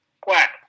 Quack